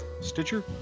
Stitcher